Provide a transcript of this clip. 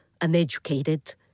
uneducated